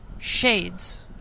shades